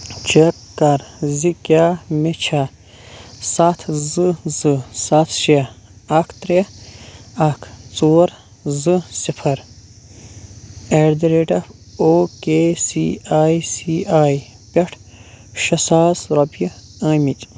check کَر زِ کیٛاہ مےٚ چھا سَتھ زٕ زٕ سَتھ شیٚے اکھ ترٛےٚ اکھ ژور زٕ صِفر eight the rate of O K C I C I پٮ۪ٹھ شیٚے ساس رۄپیہِ آمٕتۍ